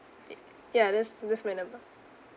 uh ya that's that's number